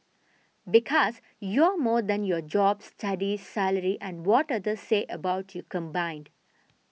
because you're more than your job studies salary and what others say about you combined